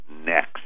next